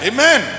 Amen